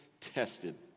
tested